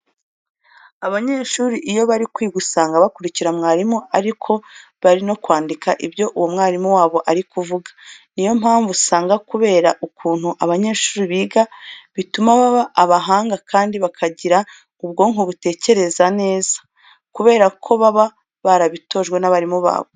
Abanyeshuri iyo bari kwiga usanga bakurikira mwarimu ariko bari no kwandika ibyo uwo mwarimu wabo ari kuvuga. Ni yo mpamvu usanga kubera ukuntu abanyeshuri biga, bituma baba abahanga kandi bakagira ubwonko butekereza neza kubera ko baba barabitojwe n'abarimu babo.